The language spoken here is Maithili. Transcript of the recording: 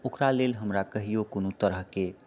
ओकरा लेल हमरा कहिऔ कोनो तरहके